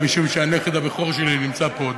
אלא משום שהנכד הבכור שלי נמצא פה,